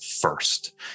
first